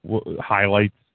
highlights